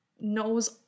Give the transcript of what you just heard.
knows